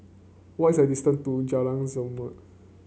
what's the distance to Jalan Zamrud